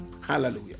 Hallelujah